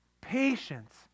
Patience